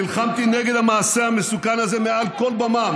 נלחמתי נגד המעשה המסוכן הזה מעל כל במה,